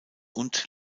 und